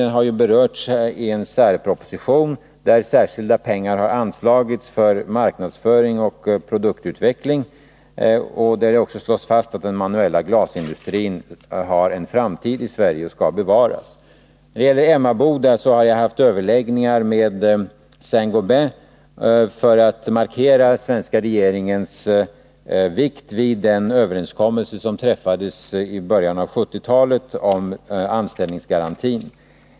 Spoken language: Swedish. Den har ju berörts ien särproposition, där särskilda pengar har anslagits till marknadsföring och produktutveckling. Det slås där också fast att den manuella glasindustrin har en framtid i Sverige och skall bevaras. När det gäller Emmaboda har jag haft överläggningar med Saint Gobain för att markera den vikt som den svenska regeringen lägger vid den överenskommelse som träffades i början av 1970-talet om anställningsgarantin.